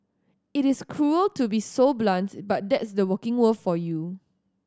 it is cruel to be so blunts but that's the working world for you